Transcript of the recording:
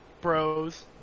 Bros